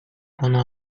konu